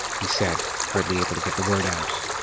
he said, hardly able to get the word out.